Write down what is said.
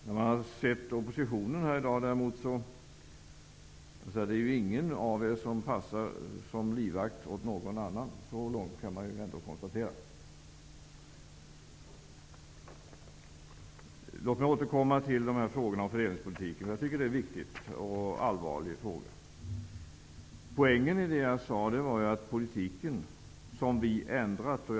När man har sett oppositionen agera här i dag kan man däremot säga att det inte är någon av er som passar som livvakt åt någon annan. Så mycket kan trots allt konstateras. Låt mig återkomma till frågan om fördelningspolitiken. Jag tycker det är en viktig och allvarlig fråga. Poängen i det jag sade är att vi ändrat politiken.